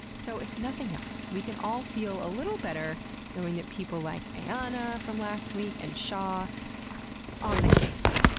so if nothing else, we can all feel a little better knowing that people like ayana from last week and shah are on the case.